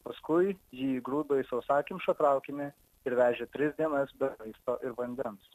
paskui jį įgrūdo į sausakimšą traukinį ir vežė tris dienas be maisto ir vandens